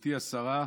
גברתי השרה,